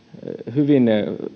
hyvin